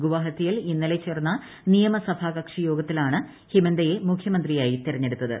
ഗുവ്പാഹത്തിയിൽ ഇന്നലെ ചേർന്ന നിയമസഭാ കക്ഷി യോഗത്തിലാണ് ്റ്റിമന്തയെ മുഖ്യമന്ത്രിയായി തെരഞ്ഞെടുത്തത്